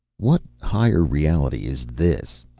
what higher reality is this?